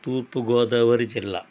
తూర్పు గోదావరి జిల్లా